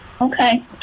Okay